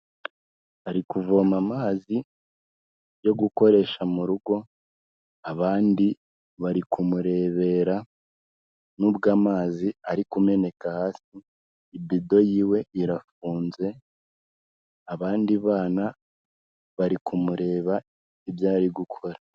Ari kuvoma amazi yo gukoresha mu rugo, abandi bari kumurebera n'ubwo amazi ari kumeneka hasi, ibido yiwe irafunze, abandi bana bari kumureba ibyo ari gukora.